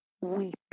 weep